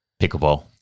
pickleball